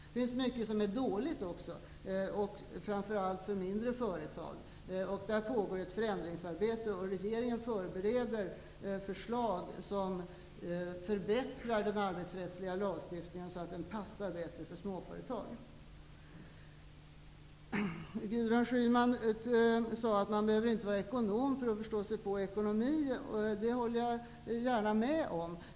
Det finns mycket som är dåligt också, framför allt för mindre företag. Där pågår ett förändringsarbete. Regeringen förbereder förslag som förbättrar den arbetsrättsliga lagstiftningen så att den passar bättre för småföretag. Gudrun Schyman sade att man inte behöver vara ekonom för att förstå sig på ekonomi. Det håller jag gärna med om.